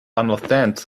understand